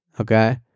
okay